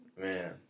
Man